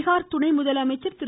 பீகார் துணை முதலமைச்சர் திரு